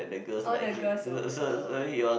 all the girls will uh